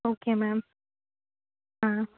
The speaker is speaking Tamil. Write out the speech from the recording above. okay ma'am ah